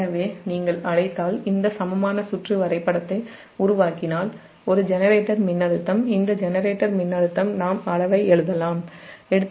எனவே இந்த சமமான சுற்று வரைபடத்தை உருவாக்கினால் ஒரு ஜெனரேட்டர் மின்னழுத்தம் நாம் அளவை எழுதலாம் எ